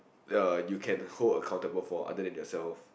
uh you can hold accountable for other than yourself